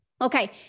Okay